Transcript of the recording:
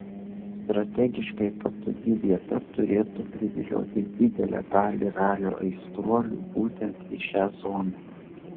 strategiškai patogi vieta turėtų privilioti didelę dalį ralio aistruolių būtent į šią zoną